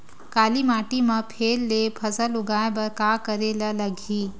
काली माटी म फेर ले फसल उगाए बर का करेला लगही?